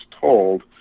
told